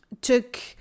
took